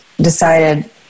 decided